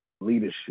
leadership